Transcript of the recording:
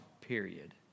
period